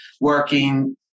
working